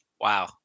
Wow